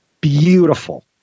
Beautiful